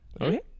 Okay